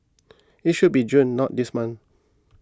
it should be June not this month